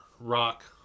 rock